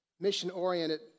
mission-oriented